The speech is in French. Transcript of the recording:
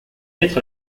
être